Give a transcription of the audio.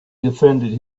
defended